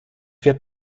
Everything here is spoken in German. wird